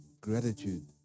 Gratitude